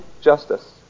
justice